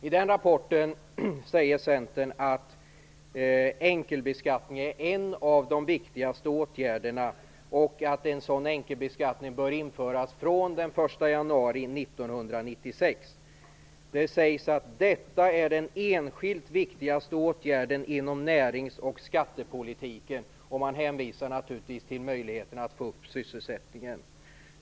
I den rapporten säger Centern att enkelbeskattning är en av de viktigaste åtgärderna och att en sådan bör införas från den 1 januari 1996. Det sägs att detta är den enskilt viktigaste åtgärden inom närings och skattepolitiken, och man hänvisar naturligtvis till möjligheterna att få upp sysselsättningen.